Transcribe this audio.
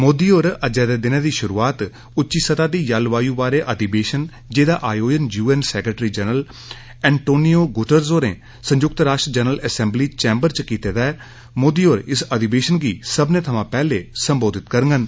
मोदी होर अज्जै दे दि नदी शुरूआत उच्ची सतह् दी जलवायु बारे अधिवेशन जेह्दा आयोजन UN secretary general Antonio Guterres होरें संयुक्त राश्ट्र जनरल एसेंबली चैंमर च कीते दा ऐं मोदी होर इस अधिवेशन गी सब्बने थमा पैहले संबोधत करगन